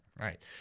Right